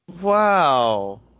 Wow